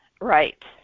right